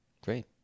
Great